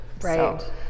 right